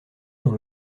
dans